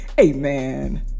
amen